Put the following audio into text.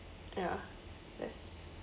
ya that's